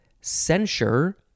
censure